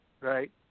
right